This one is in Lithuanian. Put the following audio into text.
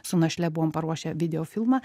su našle buvom paruošę video filmą